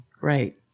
Right